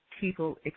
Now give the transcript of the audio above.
People